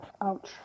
Ouch